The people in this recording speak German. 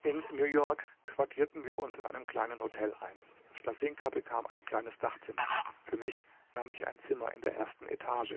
in new york quartierten wir uns in einem kleinen hotel ein stasinka bekam ein kleines dachzimmer für mich nahm ich ein zimmer in der ersten etage